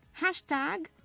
Hashtag